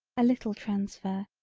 a little transfer,